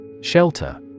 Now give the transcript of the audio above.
Shelter